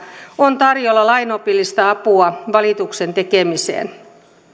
on tarjolla lainopillista apua valituksen tekemiseen